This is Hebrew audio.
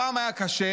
פעם היה קשה,